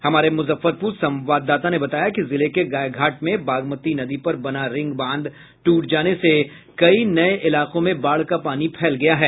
हमारे मुजफ्फरपुर संवाददाता ने बताया कि जिले के गायघाट में बागमती नदी पर बना रिंग बांध ट्रट जाने से कई नये इलाकों में बाढ़ का पानी फैल गया है